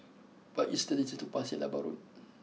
what is the distance to Pasir Laba Road